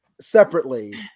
separately